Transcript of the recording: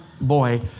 boy